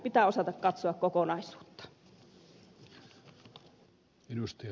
pitää osata katsoa kokonaisuutta